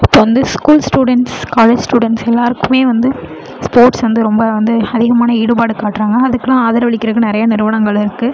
இப்போ வந்து school students college students எல்லாருக்குமே வந்து ஸ்போர்ட்ஸ் வந்து ரொம்ப வந்து அதிகமான ஈடுபாடு காட்டுறாங்க அதுக்குன்னு ஆதரவு அளிக்கிறக்கு நிறைய நிறுவனங்களும் இருக்கு